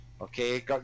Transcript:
Okay